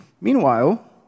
Meanwhile